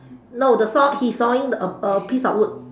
no the saw he is sawing a a piece of wood